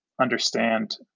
understand